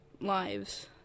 lives